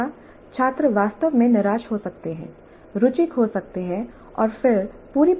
अन्यथा छात्र वास्तव में निराश हो सकते हैं रुचि खो सकते हैं और फिर पूरी प्रक्रिया विफल हो जाएगी